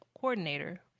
coordinator